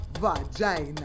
vagina